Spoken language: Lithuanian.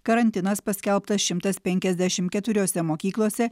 karantinas paskelbtas šimtas penkiasdešimt keturiose mokyklose